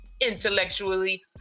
intellectually